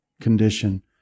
condition